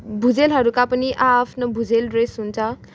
भुजेलहरूका पनि आ आफ्ना भुजेल ड्रेस हुन्छ